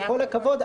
בכל הכבוד,